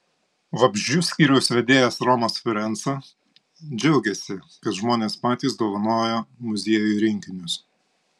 vabzdžių skyriaus vedėjas romas ferenca džiaugiasi kad žmonės patys dovanoja muziejui rinkinius